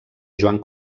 joan